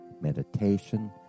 meditation